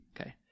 Okay